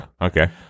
Okay